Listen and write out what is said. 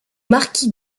marquis